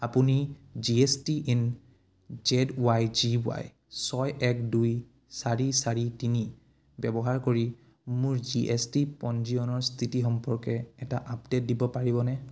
আপুনি G S TIN Z Y G Y ছয় এক দুই চাৰি চাৰি তিনি ব্যৱহাৰ কৰি মোৰ জি এছ টি পঞ্জীয়নৰ স্থিতি সম্পৰ্কে এটা আপডেট দিব পাৰিবনে